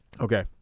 Okay